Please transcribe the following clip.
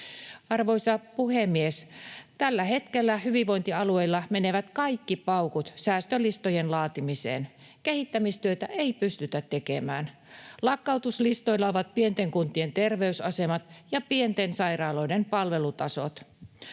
Arvoisa puhemies! Tällä hetkellä hyvinvointialueilla menevät kaikki paukut säästölistojen laatimiseen. Kehittämistyötä ei pystytä tekemään. Lakkautuslistoilla ovat pienten kuntien terveysasemat ja pienten sairaaloiden palvelutasot.